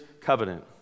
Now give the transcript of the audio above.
covenant